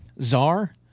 Czar